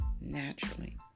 naturally